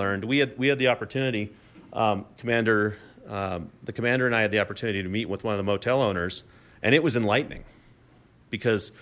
learned we had we had the opportunity commander the commander and i had the opportunity to meet with one of the motel owners and it was enlightening because